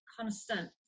constant